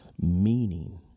Meaning